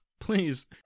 please